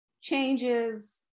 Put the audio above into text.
changes